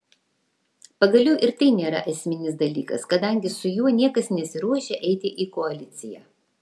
pagaliau ir tai nėra esminis dalykas kadangi su juo niekas nesiruošia eiti į koaliciją